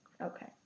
Okay